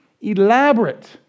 elaborate